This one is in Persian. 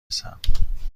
رسم